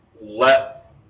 let